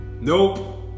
Nope